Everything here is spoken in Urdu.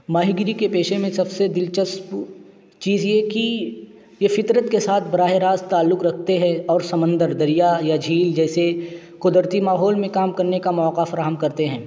ماہی گیری کے پیشے میں سب سے دلچسپ چیز یہ کہ یہ فطرت کے ساتھ براہِ راست تعلق رکھتے ہے اور سمندر دریا یا جھیل جیسے قدرتی ماحول میں کام کرنے کا موقع فراہم کرتے ہیں